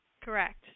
Correct